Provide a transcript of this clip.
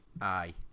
Aye